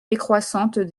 décroissantes